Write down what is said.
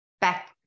back